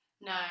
No